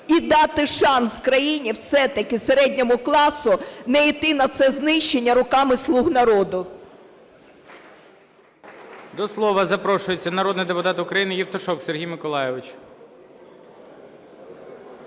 і дати шанс країні все-таки середньому класу не йти на це знищення руками "слуг народу". ГОЛОВУЮЧИЙ. До слова запрошується народний депутат України Євтушок Сергій Миколайович.